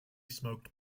smoked